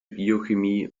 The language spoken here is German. biochemie